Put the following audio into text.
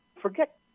forget